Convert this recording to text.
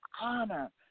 honor